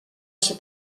się